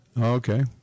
Okay